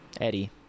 Eddie